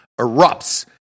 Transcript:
erupts